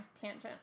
tangent